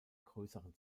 größeren